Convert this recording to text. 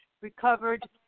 Recovered